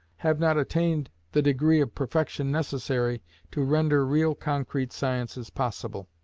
have not attained the degree of perfection necessary to render real concrete sciences possible.